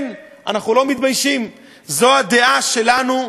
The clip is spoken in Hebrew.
כן, אנחנו לא מתביישים, זו הדעה שלנו,